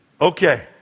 Okay